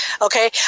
Okay